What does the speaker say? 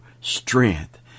strength